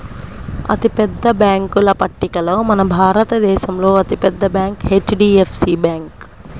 అతిపెద్ద బ్యేంకుల పట్టికలో మన భారతదేశంలో అతి పెద్ద బ్యాంక్ హెచ్.డీ.ఎఫ్.సీ బ్యాంకు